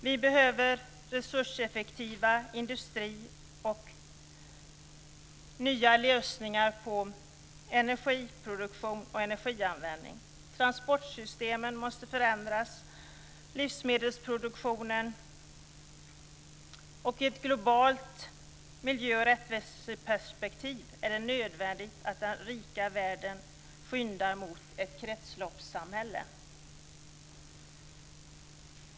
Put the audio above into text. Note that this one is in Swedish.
Vi behöver resurseffektiv industri och nya lösningar på energiproduktion och energianvändning. Transportsystemen måste förändras och likaså livsmedelsproduktionen. Ur ett globalt miljö och rättviseperspektiv är det nödvändigt att den rika världen skyndar mot ett kretsloppssamhälle.